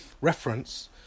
reference